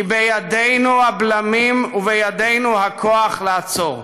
כי בידינו הבלמים ובידינו הכוח לעצור.